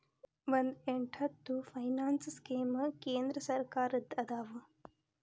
ಒಂದ್ ಎಂಟತ್ತು finance scheme ಕೇಂದ್ರ ಸರ್ಕಾರದ್ದ ಅದಾವ